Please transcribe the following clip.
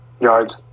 yards